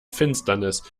finsternis